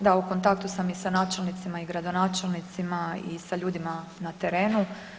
Da u kontaktu sam i sa načelnicima i gradonačelnicima i sa ljudima na terenu.